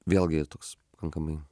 vėlgi toks pakankamai